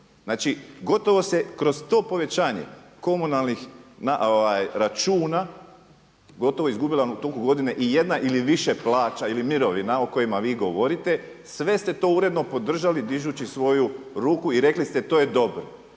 Znači gotovo se kroz to povećanje komunalnih računa gotovo izgubila u toku godine i jedna ili više plaća ili mirovina o kojima vi govorite. Sve ste to uredno podržali dižući svoju ruku i rekli ste to je dobro.